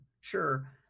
sure